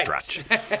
stretch